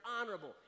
honorable